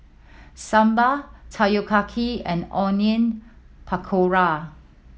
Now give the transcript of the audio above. Sambar Takoyaki and Onion Pakora